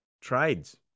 trades